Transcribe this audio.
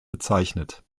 bezeichnet